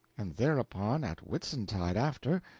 and thereupon at whitsuntide after,